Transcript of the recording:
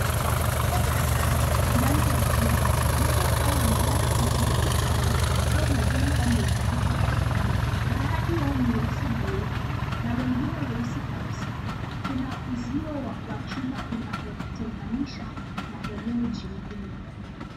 Ng'ombe kadhaa ndani ya zizi. Ng'ombe hao wamelala kwenye nyasi kavu au majani yaliyotandikwa ardhini. Baadhi yao ni weusi na weupe na wengine weusi kabisa. Kuna uzio wa chuma unaotenganisha na eneo jingine.